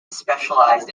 specialised